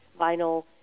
vinyl